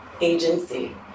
agency